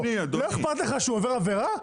לא אכפת לך שהוא עובר עבירה?